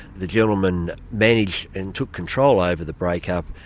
the gentleman managed and took control over the break up,